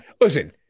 listen